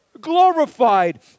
glorified